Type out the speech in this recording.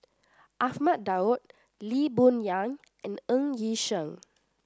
Ahmad Daud Lee Boon Yang and Ng Yi Sheng